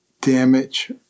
damage